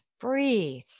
Breathe